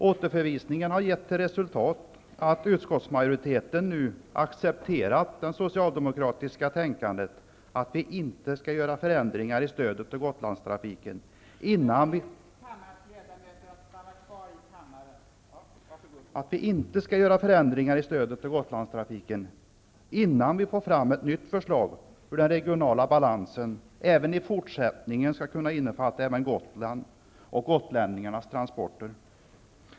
Återförvisningen har gett till resultat att utskottsmajoriteten nu accepterat det socialdemokratiska tänkandet, att vi inte skall göra förändringar i stödet till Gotlandstrafiken innan vi får fram ett nytt förslag till hur den regionala balansen även i fortsättningen skall kunna innefatta också Gotland och gotlänningarnas transporter.